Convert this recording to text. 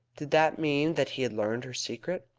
did that mean that he had learned her secret?